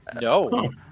No